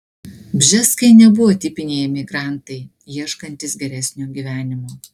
bžeskai nebuvo tipiniai emigrantai ieškantys geresnio gyvenimo